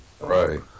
Right